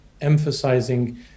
emphasizing